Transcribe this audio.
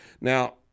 Now